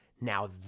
Now